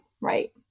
Right